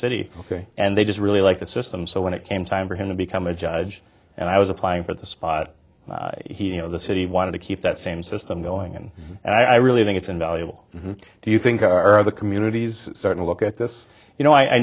city and they just really like the system so when it came time for him to become a judge and i was applying for the spot you know the city wanted to keep that same system going and i really think it's invaluable do you think are the communities certainly look at this you know i